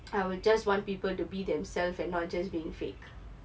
I will just want people to be themself and not just being fake